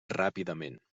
ràpidament